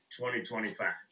2025